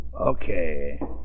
Okay